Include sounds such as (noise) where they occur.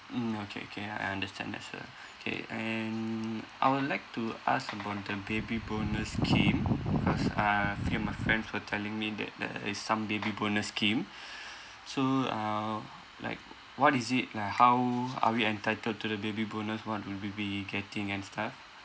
mm okay okay uh I understand that's uh K and I would like to ask about the baby bonus scheme cause uh few of my friends were telling me that there is some baby bonus scheme (breath) so uh like what is it like how are we entitled to the baby bonus what will we be getting and stuff